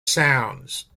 sounds